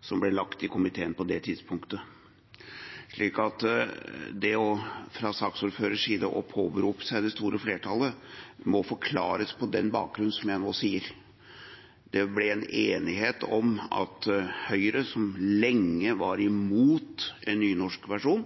som ble lagt i komiteen på det tidspunktet. Fra saksordførerens side å påberope seg det store flertallet må forklares på den bakgrunnen jeg nå beskriver. Det ble en enighet om at Høyre, som lenge var imot en nynorsk versjon,